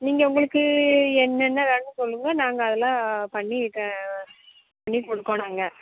நீங்கள் உங்களுக்கு என்னென்ன வேணும் சொல்லுங்கள் நாங்கள் அதெல்லாம் பண்ணி க பண்ணி கொடுக்கோம் நாங்கள்